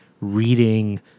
reading